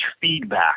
feedback